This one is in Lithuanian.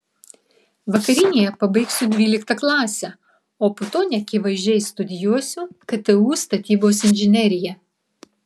vakarinėje pabaigsiu dvyliktą klasę o po to neakivaizdžiai studijuosiu ktu statybos inžineriją